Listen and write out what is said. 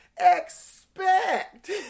Expect